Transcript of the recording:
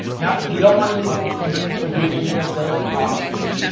now, if you don't want to use extensions or use any of those processes,